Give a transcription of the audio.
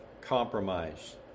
compromise